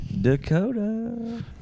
Dakota